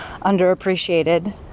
underappreciated